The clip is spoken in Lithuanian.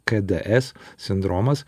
k d es sindromas